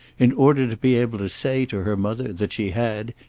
in order to be able to say to her mother that she had,